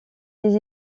des